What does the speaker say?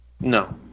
No